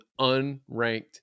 unranked